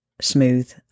Smooth